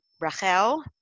Rachel